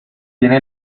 tiene